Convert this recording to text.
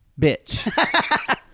Bitch